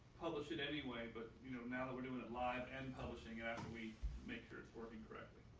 publish it anyway. but you know, now that we're doing it live and publishing it after we make sure it's working correctly.